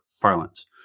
parlance